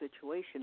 situation